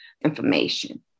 information